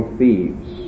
thieves